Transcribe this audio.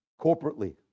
corporately